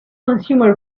consumer